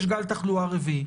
מיני פתרונות אחרים,